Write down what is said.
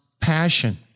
passion